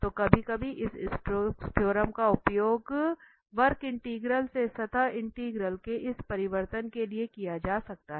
तो कभी कभी इस स्टोक्स थ्योरम का उपयोग वक्र इंटीग्रल से सतह इंटीग्रल के इस परिवर्तन के लिए किया जा सकता है